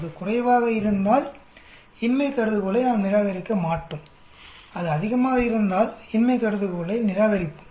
அது குறைவாக இருந்தால் இன்மை கருதுகோளை நாம் நிராகரிக்க மாட்டோம் அது அதிகமாக இருந்தால் இன்மை கருதுகோளை நிராகரிப்போம்